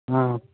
हा